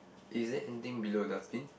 is there anything below the dustbin